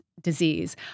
disease